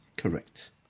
Correct